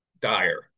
dire